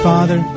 Father